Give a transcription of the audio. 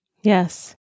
Yes